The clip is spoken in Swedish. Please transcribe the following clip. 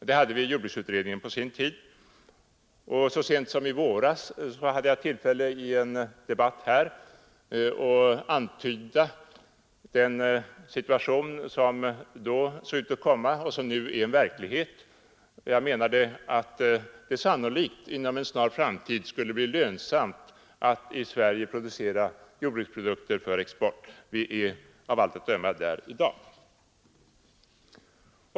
Det anförde vi i jordbruksutredningen på sin tid, och så sent som i våras hade jag tillfälle att i en debatt här antyda den situation som då såg ut att komma och som nu är en verklighet. Jag menade att det sannolikt inom en snar framtid skulle bli lönsamt att i Sverige framställa jordbruksprodukter för export. Vi är av allt att döma där i dag.